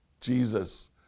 Jesus